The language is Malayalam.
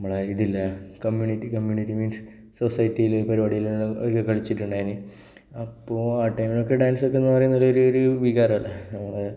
നമ്മളെ ഇതില്ലേ കമ്മ്യൂണിറ്റി കമ്മ്യൂണിറ്റി മീൻസ് സൊസൈറ്റിയിൽ പരിപാടിയെല്ലാം ഒരിക്കൽ കളിച്ചിട്ടുണ്ടായി അപ്പോൾ ആ ടൈമിൽ ഡാൻസൊക്കെ എന്നു പറയുന്നത് ഒരു ഒരു വികാരമല്ലേ